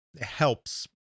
helps